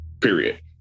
period